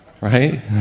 Right